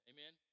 Amen